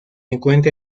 encuentra